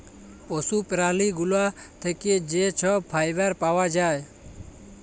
পশু প্যারালি গুলা থ্যাকে যে ছব ফাইবার পাউয়া যায়